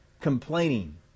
complaining